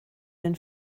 den